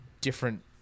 different